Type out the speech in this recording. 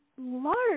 large